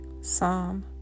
Psalm